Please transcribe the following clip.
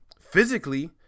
physically